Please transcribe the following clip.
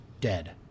dead